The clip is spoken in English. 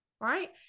right